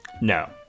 No